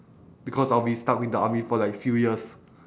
because I'll be stuck with the army for like few years